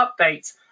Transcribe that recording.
updates